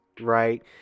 right